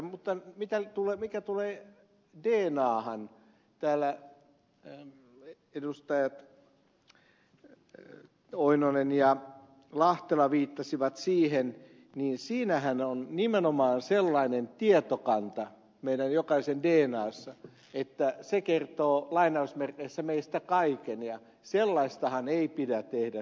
mutta mitä tulee dnahan edustajat oinonen ja lahtela viittasivat siihen niin siinähän on nimenomaan sellainen tietokanta meidän jokaisen dnassa että se kertoo lainausmerkeissä meistä kaiken ja sellaista rekisteriä ei pidä tehdä